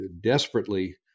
desperately